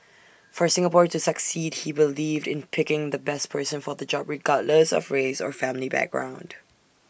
for Singapore to succeed he believed in picking the best person for the job regardless of race or family background